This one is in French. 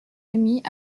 émis